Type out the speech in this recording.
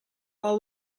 are